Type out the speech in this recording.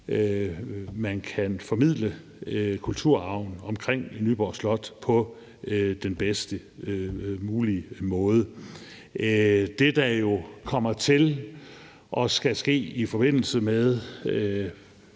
man kan formidle kulturarven omkring Nyborg Slot på den bedst mulige måde. Det, der kommer til at skulle ske i forbindelse med